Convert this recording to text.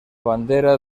bandera